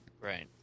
Right